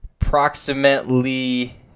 Approximately